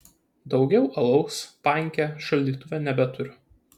daugiau alaus panke šaldytuve nebeturiu